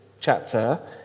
chapter